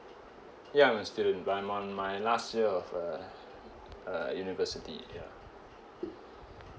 ya I'm a student but I'm on my last year of uh uh university ya